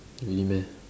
really meh